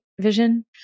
vision